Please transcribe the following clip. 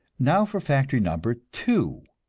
now for factory number two,